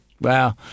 Wow